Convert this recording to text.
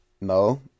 Mo